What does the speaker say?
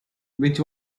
which